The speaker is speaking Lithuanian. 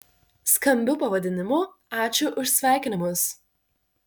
skambiu pavadinimu ačiū už sveikinimus